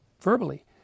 verbally